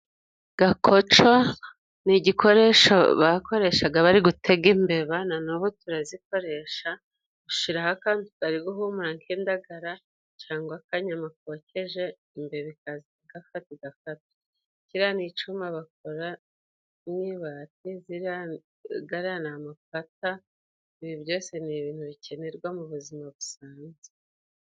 Gakoco ni igikoresho bakoreshaga bari gutega imbeba. na n'ubo turazikoresha, ushiraho akantu kari guhumura nk'indagara cyangwa akanyama kokeje, imbeba ikaza ikagafata igafatwa. Kira ni icuma bakora mw'ibati zira, gara ni amapata, ibi byose ni ibintu bikenerwa mu buzima busanzwe.